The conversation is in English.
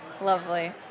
Lovely